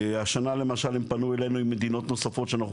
השנה למשל הם פנו אלינו עם מדינות נוספות שאנחנו